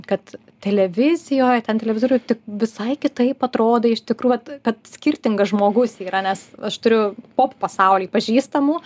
kad televizijoje ten televizoriuj tik visai kitaip atrodai iš tikrųjų va kad skirtingas žmogus yra nes aš turiu po pasaulį pažįstamų